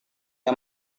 dia